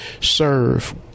serve